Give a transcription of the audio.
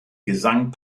gesang